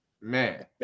Man